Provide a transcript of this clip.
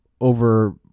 over